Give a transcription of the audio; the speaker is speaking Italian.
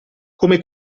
come